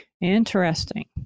Interesting